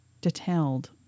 Detailed